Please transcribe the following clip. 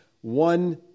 one